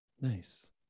nice